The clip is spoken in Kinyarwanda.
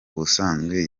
ubusanzwe